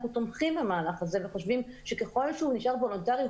אנחנו תומכים במהלך הזה וחושבים שככל שהוא נשאר וולונטרי,